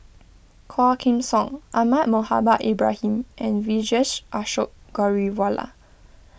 Quah Kim Song Ahmad Mohamed Ibrahim and Vijesh Ashok Ghariwala